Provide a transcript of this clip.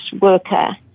worker